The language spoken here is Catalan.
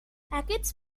aquests